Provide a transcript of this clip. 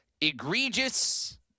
egregious